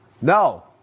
No